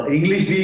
English